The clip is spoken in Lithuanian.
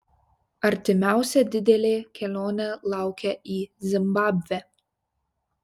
artimiausia didelė kelionė laukia į zimbabvę